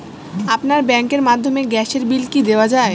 আপনার ব্যাংকের মাধ্যমে গ্যাসের বিল কি দেওয়া য়ায়?